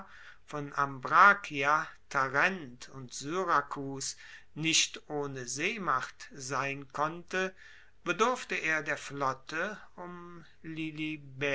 von ambrakia tarent und syrakus nicht ohne seemacht sein konnte bedurfte er der flotte um